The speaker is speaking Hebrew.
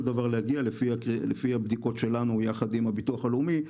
דבר להגיע לפי הבדיקות שלנו יחד עם הביטוח הלאומי.